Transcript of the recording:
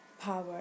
power